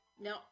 Now